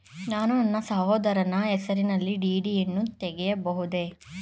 ನಾನು ನನ್ನ ಸಹೋದರನ ಹೆಸರಿನಲ್ಲಿ ಡಿ.ಡಿ ಯನ್ನು ತೆಗೆಯಬಹುದೇ?